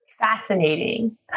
Fascinating